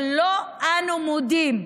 ולו אנו מודים,